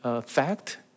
fact